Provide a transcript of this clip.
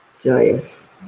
joyous